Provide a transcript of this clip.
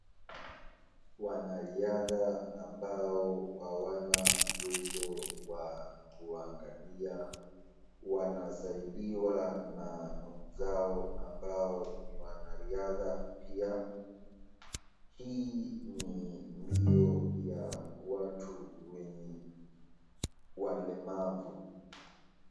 wanariadha ambao hawana uwezo wa kuangalia wanasaidiwa na wenzao ambao ni wanariadha pia hii ni mbio ya watu wenye walemavu.